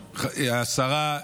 השרה,